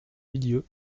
milieu